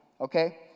okay